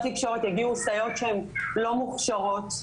תקשורת יגיעו סייעות שהן לא מוכשרות,